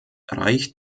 reich